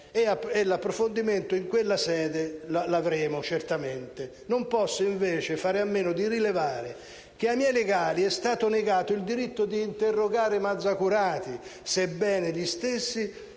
e l'approfondimento in quella sede l'avremo certamente. Non posso invece fare a meno di rilevare che ai miei legali è stato negato il diritto di interrogare il Mazzacurati, sebbene gli stessi